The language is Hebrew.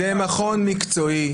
זה מכון מקצועי,